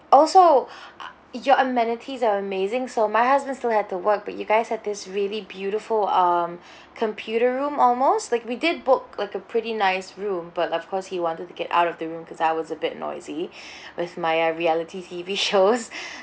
also uh your amenities are amazing so my husband still had to work but you guys had this really beautiful um computer room almost like we did book like a pretty nice room but of course he wanted to get out of the room because I was a bit noisy with my ah reality T_V shows